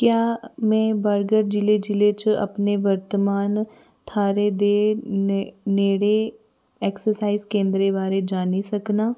क्या में बरद जिले जिले च अपने वर्तमान थाह्रै दे नेड़ै ऐक्साइज केंदरें दे बारे च जानी सकना